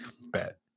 bet